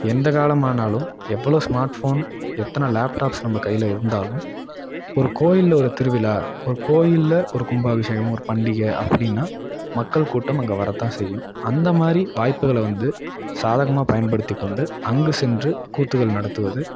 எந்த காலமானாலும் எவ்வளோ ஸ்மார்ட்ஃபோன் எத்தனை லேப்டாப்ஸ் நம்ம கையில் இருந்தாலும் ஒரு கோயிலில் ஒரு திருவிழா ஒரு கோயிலில் ஒரு கும்பாபிஷேகம் ஒரு பண்டிகை அப்படின்னா மக்கள் கூட்டம் அங்கே வரத்தான் செய்யும் அந்தமாதிரி வாய்ப்புகளை வந்து சாதகமாக பயன்படுத்தி கொண்டு அங்கு சென்று கூத்துக்கள் நடத்துவது